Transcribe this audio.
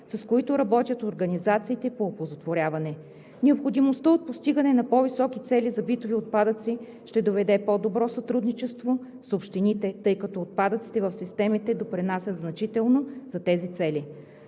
с които работят организациите по оползотворяването. Необходимостта от постигане на по-високи цели за битовите отпадъци ще доведе до по-добро сътрудничество с общините, тъй като отпадъците в системите допринасят значително за тези цели.